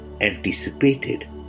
anticipated